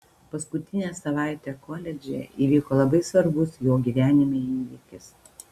paskutinę savaitę koledže įvyko labai svarbus jo gyvenime įvykis